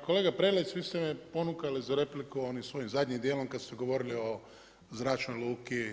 Pa kolega Prelec, vi ste me ponukali za repliku onim svojim zadnjim dijelom kada ste govorili o zračnoj luki